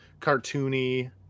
cartoony